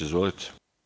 Izvolite.